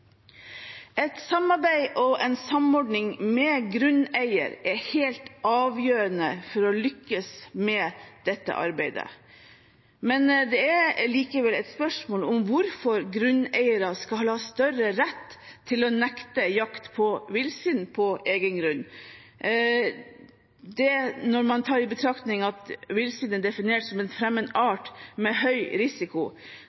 Et samarbeid og en samordning med grunneierne er helt avgjørende for å lykkes med dette arbeidet. Det er likevel et spørsmål hvorfor grunneiere skal ha større rett til å nekte jakt på villsvin på egen grunn enn det de har i dag når det gjelder f.eks. hjortedyr, når man tar i betraktning at villsvin defineres som en fremmed